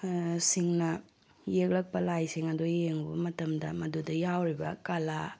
ꯁꯤꯡꯅ ꯌꯦꯛꯂꯛꯄ ꯂꯥꯏꯁꯤꯡ ꯑꯗꯣ ꯌꯦꯡꯂꯨꯕ ꯃꯇꯝꯗ ꯃꯗꯨꯗ ꯌꯥꯎꯔꯤꯕ ꯀꯂꯥ